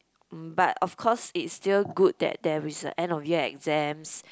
but of course it's still good that there is a end of year exams